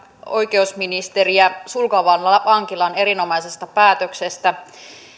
oikeusministeriä sulkavan vankilan erinomaisesta päätöksestä